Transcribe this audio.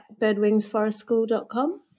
birdwingsforestschool.com